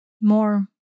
More